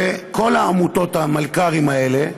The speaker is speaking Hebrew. וכל העמותות והמלכ"רים האלה,